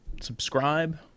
subscribe